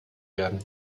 werden